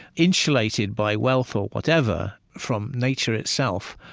insulated by wealth or whatever, from nature itself,